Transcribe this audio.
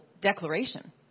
declaration